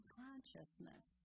consciousness